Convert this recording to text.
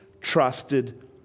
trusted